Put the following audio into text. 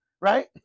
Right